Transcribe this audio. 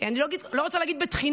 אני לא רוצה להגיד בתחינה,